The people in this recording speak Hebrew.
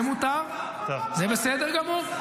זה מותר, זה בסדר גמור.